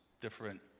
different